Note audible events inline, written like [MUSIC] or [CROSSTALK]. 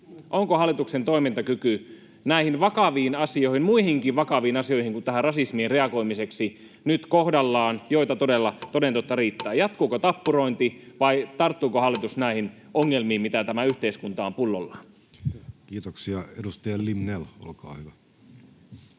Onko hallituksen toimintakyky vakaviin asioihin, muihinkin vakaviin asioihin kuin rasismiin, reagoimiseksi nyt kohdallaan? [NOISE] Niitä toden totta riittää. Jatkuuko tappurointi, vai tarttuuko hallitus näihin ongelmiin, mitä tämä yhteiskunta on pullollaan? [Speech 121] Speaker: